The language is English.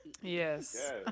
Yes